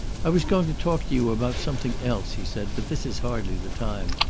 i was going to talk to you about something else, he said, but this is hardly the time.